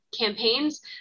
campaigns